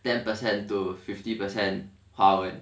ten percent to fifty percent 华文